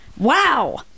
Wow